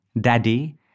Daddy